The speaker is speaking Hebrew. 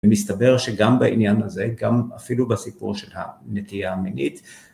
ומסתבר שגם בעניין הזה, גם אפילו בסיפור של הנטייה המינית